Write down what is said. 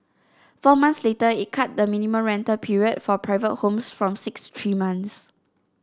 four months later it cut the minimum rental period for private homes from six three months